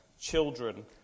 children